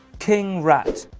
king rat,